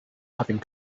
having